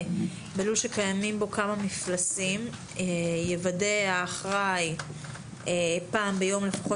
שבלול שקיימים בו כמה מפלסים יוודא האחראי פעם ביום לפחות